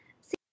see